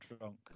drunk